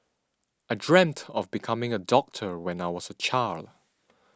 I dreamt of becoming a doctor when I was a child